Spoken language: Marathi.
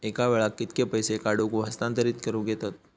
एका वेळाक कित्के पैसे काढूक व हस्तांतरित करूक येतत?